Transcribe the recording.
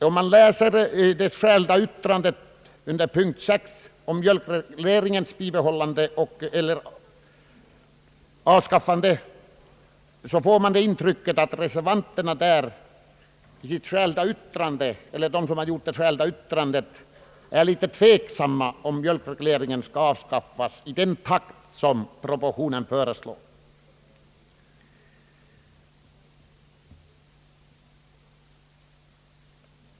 Då man läser det särskilda yttrandet under punkt 6 om mjölkregleringens bibehållande eller avskaffande, får man det intrycket att de som svarar för yttrandet är tveksamma om mjölkregleringen skall avskaffas i den takt som propositionen föreslår.